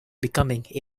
becoming